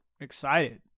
excited